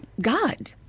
God